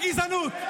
מדבר בגזענות,